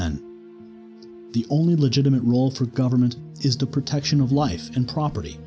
man the only legitimate role for government is the protection of life and property